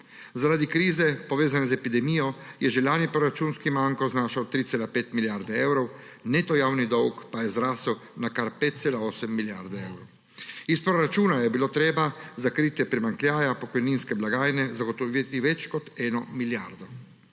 Zaradi krize, povezane z epidemijo, je že lani proračunski manko znašal 3,5 milijarde evrov, neto javni dolg je zrasel na kar 5,8 milijarde evrov, iz proračuna je bilo treba za kritje primanjkljaja pokojninske blagajne zagotoviti več kot 1 milijardo.